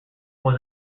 was